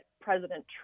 President